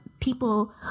people